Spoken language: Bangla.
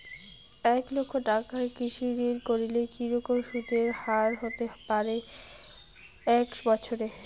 এক লক্ষ টাকার কৃষি ঋণ করলে কি রকম সুদের হারহতে পারে এক বৎসরে?